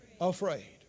Afraid